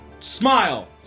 Smile